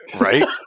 Right